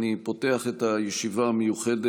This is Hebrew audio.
חברות וחברי הכנסת, אני פותח את הישיבה המיוחדת